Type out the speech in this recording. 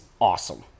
awesome